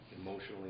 emotionally